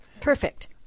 Perfect